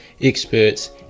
experts